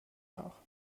nach